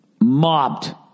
Mobbed